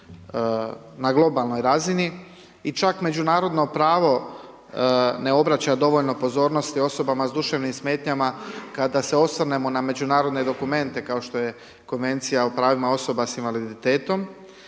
na globalnoj razini i čak međunarodno pravo ne obraća dovoljno pozornosti osobama s duševnim smetnjama kada se osvrnemo na međunarodne dokumente kao što je Konvencija o pravima osoba s invaliditetom